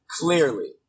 clearly